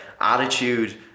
attitude